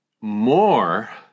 more